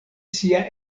sia